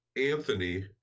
Anthony